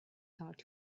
thought